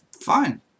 Fine